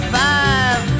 five